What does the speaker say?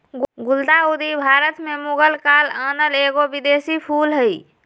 गुलदाऊदी भारत में मुगल काल आनल एगो विदेशी फूल हइ